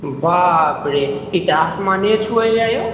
बाप रे ई तऽ आसमाने छुअइ यऽ यौ